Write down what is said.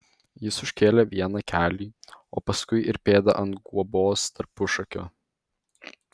jis užkėlė vieną kelį o paskui ir pėdą ant guobos tarpušakio